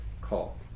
call